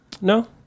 No